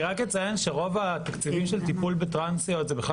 אציין שרוב התקציבים של טיפול בטרנסיות זה בכלל